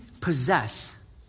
possess